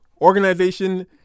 organization